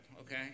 okay